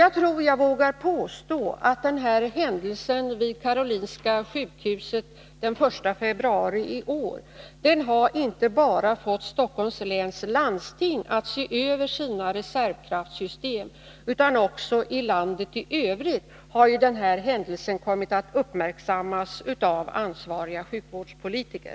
Jag tror att jag vågar påstå att händelsen vid Karolinska sjukhuset den 1 februari i år inte bara har fått Stockholms läns landsting att se över sitt reservkraftssystem, utan också att den i landet i övrigt har kommit att uppmärksammas av ansvariga sjukvårdspolitiker.